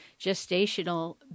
gestational